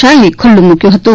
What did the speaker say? શાહે ખુલ્લુ મુક્યું હતું